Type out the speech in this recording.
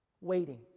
waiting